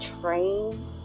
train